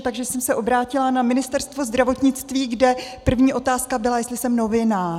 Takže jsem se obrátila na Ministerstvo zdravotnictví, kde první otázka byla, jestli jsem novinář.